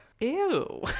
Ew